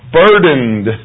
burdened